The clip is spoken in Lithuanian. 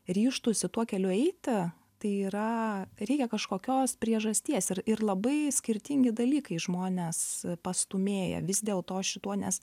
ryžtųsi tuo keliu eiti tai yra reikia kažkokios priežasties ir ir labai skirtingi dalykai žmones pastūmėja vis dėlto šituo nes